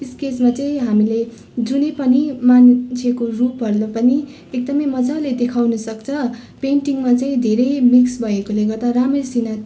स्केचमा चाहिँ हामीले जुनै पनि मान्छेको रूपहरूलाई पनि एकदम मजाले देखाउन सक्छ पेन्टिङमा चाहिँ धेरै मिक्स भएकोले गर्दा राम्रैसँग